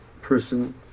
person